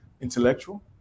intellectual